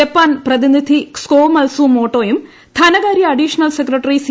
Japan പ്രതിനിധി ക്സോമത്സുമോട്ടോയും ധനകാര്യ അഡീഷണൽ സെക്രട്ടറി സി